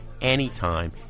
anytime